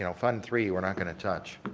you know fund three we're not going to touch.